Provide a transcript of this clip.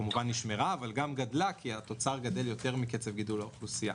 כמובן נשמרה אבל גם גדלה כי התוצר גדל יותר מקצב גידול האוכלוסייה.